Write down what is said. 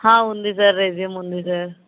ఉంది sir resume ఉంది sir